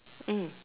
mm